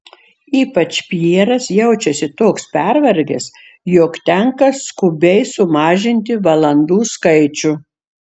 ypač pjeras jaučiasi toks pervargęs jog tenka skubiai sumažinti valandų skaičių